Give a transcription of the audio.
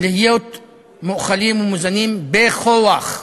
להיות מואכלים ומוזנים בכוח.